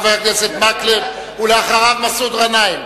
חבר הכנסת מקלב, ואחריו, מסעוד גנאים.